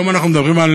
היום אנחנו מדברים על,